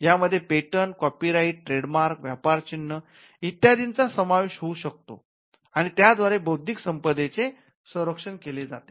यामध्ये patent copyright trade मार्कव्यापारचिन्ह इत्यादींचा समावेश होऊ शकतो आणि त्याद्वारे बौद्धिक संपदेचे संरक्षण केले जाते